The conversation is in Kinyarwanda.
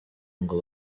ngo